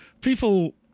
people